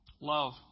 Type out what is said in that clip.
love